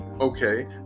okay